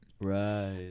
right